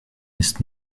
ist